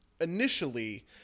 initially